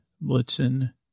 Blitzen